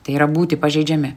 tai yra būti pažeidžiami